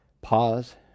pause